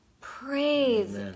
Praise